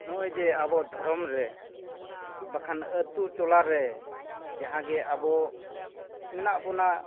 ᱱᱚᱜᱼᱚᱭ ᱡᱮ ᱟᱵᱚ ᱫᱷᱚᱨᱚᱢ ᱨᱮ ᱵᱟᱠᱷᱟᱱ ᱟᱛᱳ ᱴᱚᱞᱟᱨᱮ ᱡᱟᱦᱟᱸ ᱜᱮ ᱟᱵᱚ ᱢᱮᱱᱟᱜ ᱵᱚᱱᱟ